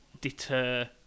deter